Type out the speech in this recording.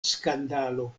skandalo